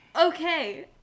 Okay